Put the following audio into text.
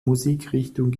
musikrichtung